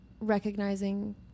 recognizing